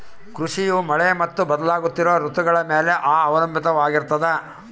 ಕೃಷಿಯು ಮಳೆ ಮತ್ತು ಬದಲಾಗುತ್ತಿರೋ ಋತುಗಳ ಮ್ಯಾಲೆ ಅವಲಂಬಿತವಾಗಿರ್ತದ